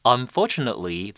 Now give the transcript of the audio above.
Unfortunately